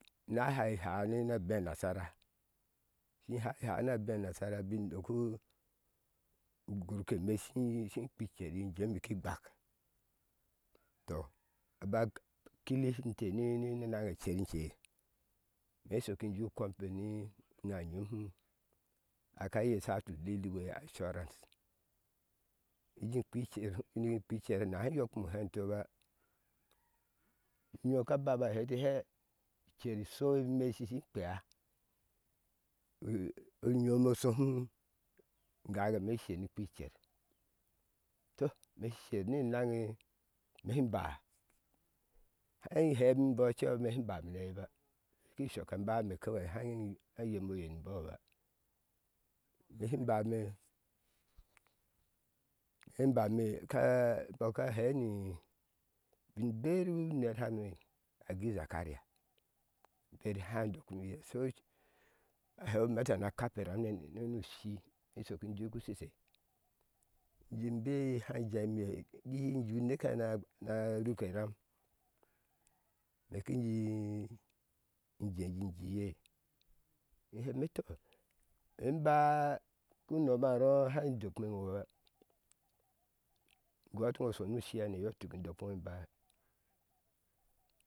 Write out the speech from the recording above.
Ne háhá no obei nasara ni háhá na bee nasara shana bin doku ugurke me shikpeni jeme ki gbak tɔ kiba kilihi ente ni nine naŋe cer in ce me shok ijiu compeni naŋ nyom hum aka yesha atii leadway assurance inji kpi cer ni kpi cer nahi yɔkin me hentoba unyom ka babahɛti heɛ icer isho e me shishi kpea o o nyo m oshohum in gage me shi sher ni kpi cer to mi sher ni naŋne me hi ba hai he embɔ cewa me shin bame na eai ba kin shoka inba me kewe haŋ in yemoye ni boɔ ba me shin bame in bame kaa bɔ ka hɛ nii ujuberi uner hane agui zakariya kar hai doki me yi so ahewime ata na kape ram ne nushi in shok yi rushu shishe inj bei hai injemiye inji uneke ana ruke eram meki ji injeji jiye me he mete to memba nii noma rhɔɔ hai doki iŋba in gɔ ati iiŋo shonu shihane yɔituk me dokpi ŋo inba